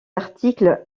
articles